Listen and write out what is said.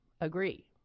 agree